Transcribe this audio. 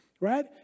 right